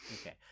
Okay